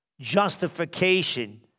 justification